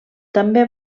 també